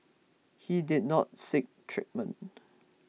he did not seek treatment